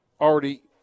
already